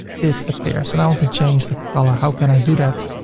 this appears and i want to change the color. how can i do that?